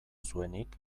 zuenik